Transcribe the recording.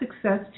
success